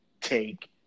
take